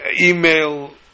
email